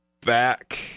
back